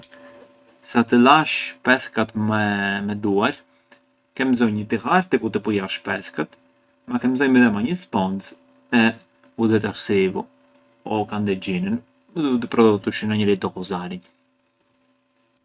Sa të lash pethkat me- me duarë ke mbzonjë një tighar te ku të pujarsh pethkat, ma ke mbzonjë midhema një sponxë e un detersivu o kandexhinën, u prodottu çë ndo njeri do ghuzarënj.